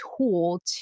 tool